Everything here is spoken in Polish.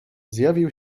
zjawił